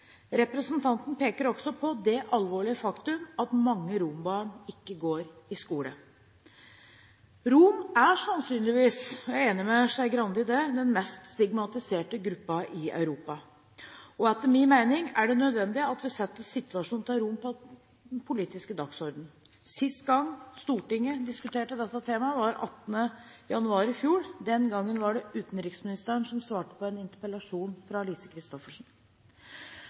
Representanten peker også på det alvorlige faktum at mange rombarn ikke går på skole. Romene er sannsynligvis – jeg er enig med Skei Grande i det – den mest stigmatiserte gruppen i Europa. Etter min mening er det nødvendig at vi setter situasjonen til romene på den politiske dagsordenen. Sist gang Stortinget diskuterte dette temaet, var den 18. januar i fjor. Den gangen var det utenriksministeren som svarte på en interpellasjon fra Lise Christoffersen.